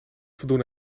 voldoen